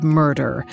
murder